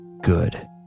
Good